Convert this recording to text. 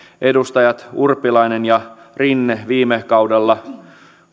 edustajat urpilainen ja rinne viime kaudella